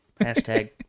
Hashtag